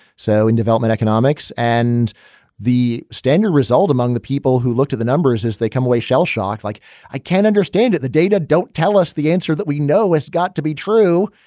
so in development, economics and the standard result among the people who looked at the numbers as they come away shell shocked like i can't understand it. the data don't tell us the answer that we know it's got to be true.